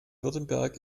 württemberg